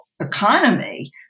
economy